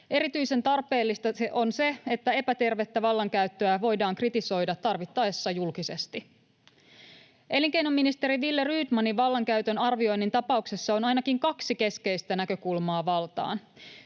Erityisen tarpeellista on se, että epätervettä vallankäyttöä voidaan kritisoida tarvittaessa julkisesti. Elinkeinoministeri Ville Rydmanin vallankäytön arvioinnin tapauksessa on ainakin kaksi keskeistä näkökulmaa valtaan: